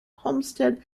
homestead